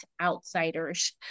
outsiders